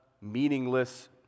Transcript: meaningless